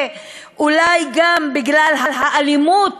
ואולי גם בגלל האלימות